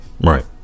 Right